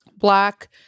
Black